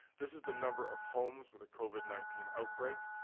this is the number of homes with a covid nineteen outbreak.